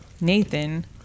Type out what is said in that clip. nathan